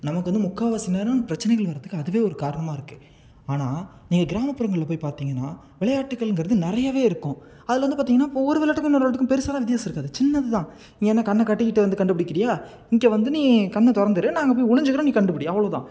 நமக்கு வந்து முக்கால்வாசி நேரம் பிரச்சனைகள் வரத்துக்கு அதுவே ஒரு காரணமாக இருக்குது ஆனால் நீங்கள் கிராமப்புறங்களில் போய் பார்த்திங்கன்னா விளையாட்டுகங்கிறது நிறையவே இருக்கும் அதில் வந்து பார்த்திங்கன்னா இப்போ ஒரு விளாட்டுக்கும் இன்னொரு விளாட்டுக்கும் பெருசாலாம் வித்தியாசம் இருக்காது சின்னது தான் நீ வேணுணா கண்ணை கட்டிக்கிட்டு வந்து கண்டுப்புடிக்கிறியா இங்கே வந்து நீ கண்ணை திறந்துரு நான் அங்கே போய் ஒளிஞ்சிக்கிறேன் நீ கண்டுப்பிடி அவ்வளோ தான்